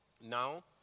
now